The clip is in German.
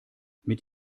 mit